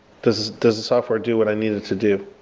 does does the software do what i need it to do?